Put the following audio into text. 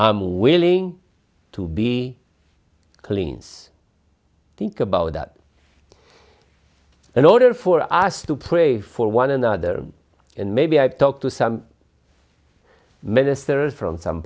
i'm willing to be clean think about that in order for us to pray for one another and maybe i've talked to some ministers from some